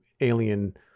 alien